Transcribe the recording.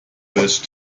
wäscht